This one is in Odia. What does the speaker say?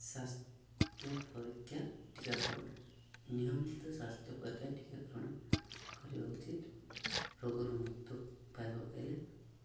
ସ୍ୱାସ୍ଥ୍ୟ ପରୀକ୍ଷା ଟିକାକରଣ ନିୟମିତ ସ୍ୱାସ୍ଥ୍ୟ ପରୀକ୍ଷା ଟିକାକରଣ କରିବା ଉଚିତ୍ ରୋଗରୁ ମୁକ୍ତ ପାଇବାକୁ ହେଲେ